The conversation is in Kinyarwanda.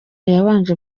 yabanje